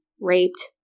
Raped